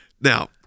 now